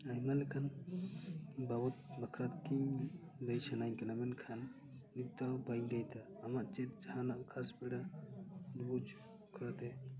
ᱟᱭᱢᱟ ᱞᱮᱠᱟᱱ ᱵᱟᱵᱚᱛ ᱵᱟᱠᱷᱨᱟ ᱛᱮᱧ ᱞᱟᱹᱭ ᱥᱟᱱᱟᱧ ᱠᱟᱱᱟ ᱢᱮᱱᱠᱷᱟᱱ ᱱᱤᱛᱫᱚ ᱵᱟᱹᱧ ᱞᱟᱹᱭᱫᱟ ᱟᱢᱟᱜ ᱪᱮᱫ ᱡᱟᱦᱟᱱᱟᱜ ᱠᱷᱟᱥ ᱵᱮᱲᱟ ᱰᱩᱵᱩᱡ ᱠᱟᱛᱮᱫ